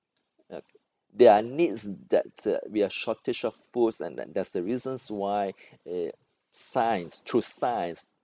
uh their needs that's uh we're shortage of food and then that's the reasons why uh science through science